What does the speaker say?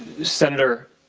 senator,